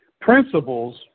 Principles